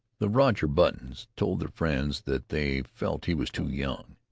the roger buttons told their friends that they felt he was too young.